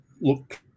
look